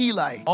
Eli